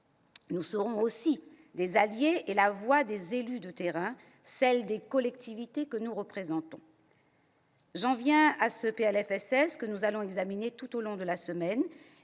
Nous serons des alliés et la voix des élus de terrain, celle des collectivités que nous représentons. J'en viens au PLFSS, que nous allons examiner tout au long de la semaine.